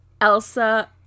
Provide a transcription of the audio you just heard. Elsa